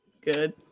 good